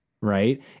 Right